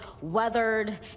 weathered